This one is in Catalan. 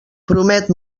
promet